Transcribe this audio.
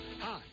Hi